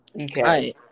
Okay